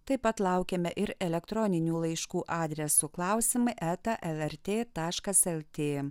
taip pat laukiame ir elektroninių laiškų adresu klausimai eta lrt taškas lt